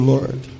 Lord